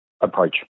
approach